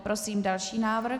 Prosím další návrh.